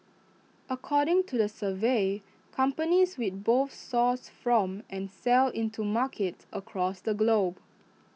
according to the survey companies with both source from and sell into markets across the globe